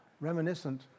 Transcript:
reminiscent